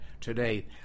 today